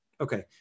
Okay